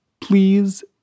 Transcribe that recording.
please